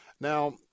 Now